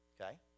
okay